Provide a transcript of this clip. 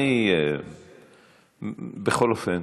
בכל אופן,